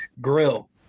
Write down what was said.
Grill